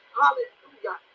hallelujah